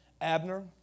Abner